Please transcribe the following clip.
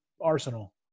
Arsenal